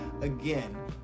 again